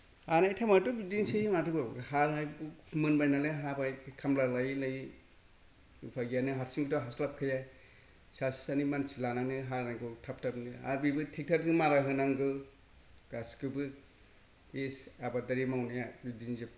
हानाय टाइम आवथ' बिदिनोसै माथोबाव हाला मोनबायनालाय हाबाय खामला लायै लायै उफाय गैया नों हारसिंबोथ' हास्लाबखाया सासे सानै मानसि लानानै हानायखौ थाब थाब आरो बेबो ट्रेक्टर जों मारा होनांगौ गासिखौ बे आबादारि मावनाया बिदिनोजोब